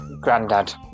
Granddad